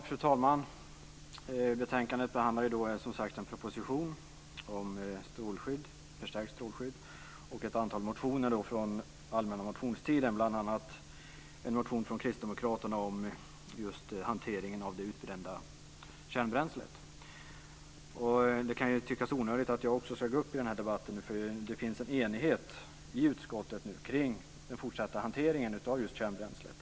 Fru talman! Betänkandet behandlar en proposition om förstärkt strålskydd och ett antal motioner från den allmänna motionstiden, bl.a. en motion från kristdemokraterna om hanteringen av det utbrända kärnbränslet. Det kan tyckas onödigt att också jag ska gå upp i debatten eftersom det finns en enighet i utskottet om den fortsatta hanteringen av kärnbränslet.